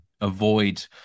avoid